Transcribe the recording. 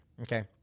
okay